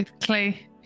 Clay